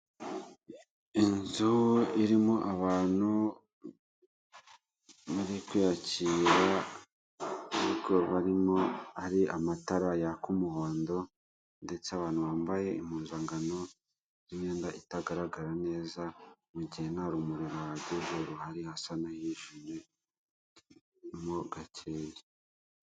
Inzu irimo abantu undi uri kwiyakira n'ibikorwa arimo, hari amatara yaka umuhondo ndetse abantu bambaye impuzankano y'imyenda itagaragara neza mu gihe nta rumuri ruhagije ruhari hasa nahijimye mo gakeya.